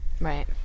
Right